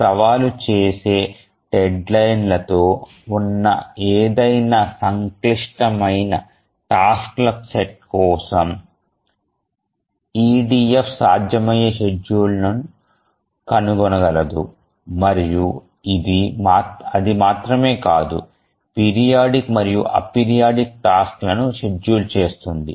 సవాలు చేసే డెడ్లైన్ లతో ఉన్న ఏదైనా సంక్లిష్టమైన టాస్క్ ల సెట్ కోసం EDF సాధ్యమయ్యే షెడ్యూల్ను కనుగొనగలదు మరియు అది మాత్రమే కాదు పీరియాడిక్ మరియు అపీరియాడిక్ టాస్క్ లను షెడ్యూల్ చేస్తుంది